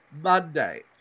Monday